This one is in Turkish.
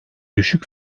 düşük